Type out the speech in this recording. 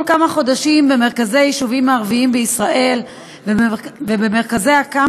של חברת הכנסת נאוה בוקר וקבוצת חברי הכנסת.